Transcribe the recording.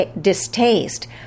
distaste